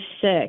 sick